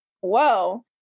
whoa